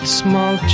small